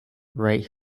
right